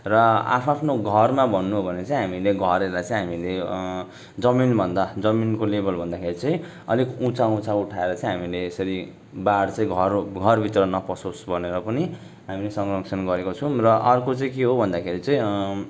र आ आफ्नो घरमा भन्नु हो भने चाहिँ हामीले घरहरूलाई चाहिँ हामीले जमिन भन्दा जमिनको लेबल भन्दाखेरि चाहिँ अलिक उच्चा उच्चा उठाएर चाहिँ हामीले यसरी बाढ चाहिँ घरहरू घरभित्र न पसोस् भनेर पनि हामीले संरक्षण गरेको छौँ र अर्को चाहिँ के हो भन्दाखेरि चाहिँ